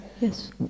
Yes